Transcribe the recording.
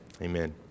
Amen